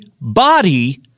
body